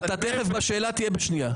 תכף בשאלה אתה תהיה בשנייה.